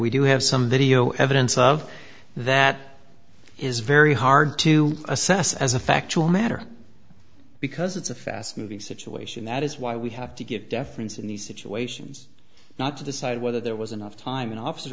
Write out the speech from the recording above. we do have some video evidence of that is very hard to assess as a factual matter because it's a fast moving situation that is why we have to get deference in these situations not to decide whether there was enough time an